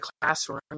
classroom